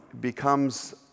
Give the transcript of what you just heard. becomes